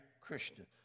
Christian